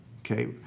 okay